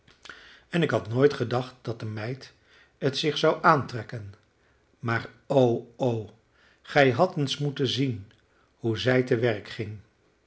en ik had nooit gedacht dat de meid het zich zou aantrekken maar o o gij had eens moeten zien hoe zij te werk ging